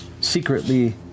secretly